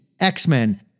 X-Men